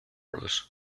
falls